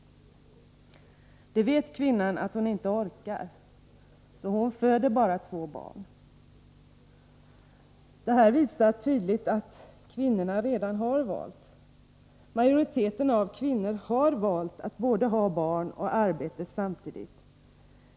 Det vet kvinnan att hon inte orkar, så hon föder bara två barn. Det här visar tydligt att kvinnorna redan har valt. Majoriteten av kvinnor har valt att både ha barn och arbeta.